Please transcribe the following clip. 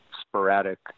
sporadic